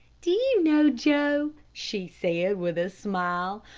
do you know, joe, she said with a smile,